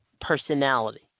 personality